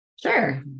Sure